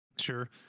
sure